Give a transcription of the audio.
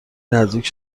نزدیک